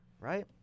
Right